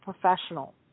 professional